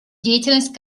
деятельность